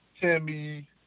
Timmy